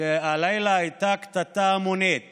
שהלילה הייתה קטטה המונית